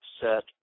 set